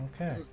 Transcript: Okay